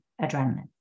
adrenaline